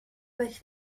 with